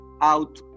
out